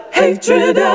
hatred